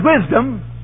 wisdom